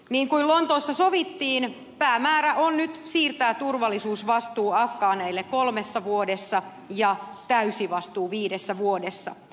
niin kuin lontoossa sovittiin päämääränä on nyt siirtää turvallisuusvastuu afgaaneille kolmessa vuodessa ja täysi vastuu viidessä vuodessa